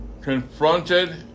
confronted